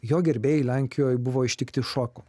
jo gerbėjai lenkijoj buvo ištikti šoko